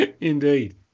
Indeed